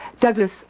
Douglas